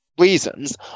reasons